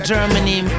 Germany